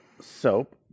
soap